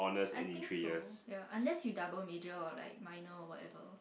I think so ya unless you double major or like minor or whatever